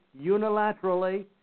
unilaterally